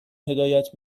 هدایت